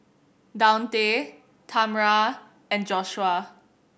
Daunte Tamra and Joshuah